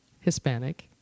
Hispanic